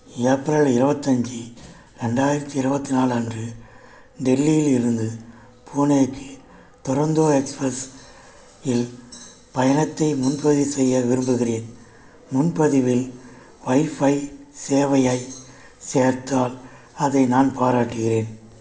April இவத்தஞ்சி ரெண்டாயிரத்தி இருபத்தி நாலு அன்று டெல்லியிலிருந்து பூனேக்கு துரந்தோ எக்ஸ்பிரஸ் இல் பயணத்தை முன்பதிவு செய்ய விரும்புகிறேன் முன்பதிவில் வைஃபை சேவையை சேர்த்தால் அதை நான் பாராட்டுகிறேன்